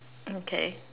okay